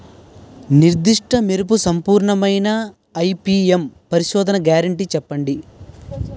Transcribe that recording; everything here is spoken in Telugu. నిర్దిష్ట మెరుపు సంపూర్ణమైన ఐ.పీ.ఎం పరిశోధన గ్యారంటీ చెప్పండి?